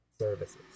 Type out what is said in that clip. Services